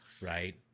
Right